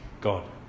god